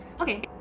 okay